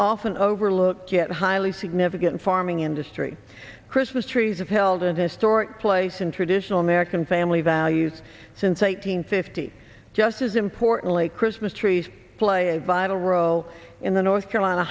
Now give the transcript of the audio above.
often overlooked yet highly significant farming industry christmas trees have held an historic place in traditional american family values since eight hundred fifty just as importantly christmas trees play a vital role in the north carolina